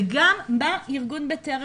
וגם מה ארגון בטרם,